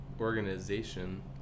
organization